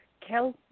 Kel